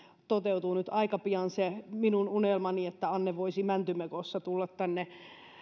toteutuu nyt aika pian se minun unelmani että anne voisi mäntymekossa tulla tänne